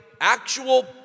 actual